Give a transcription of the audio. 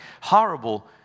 horrible